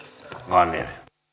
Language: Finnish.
puhemies